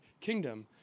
kingdom